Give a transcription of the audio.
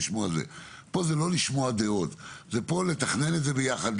פה זה לא לשמוע דעות, זה לתכנן את זה ביחד.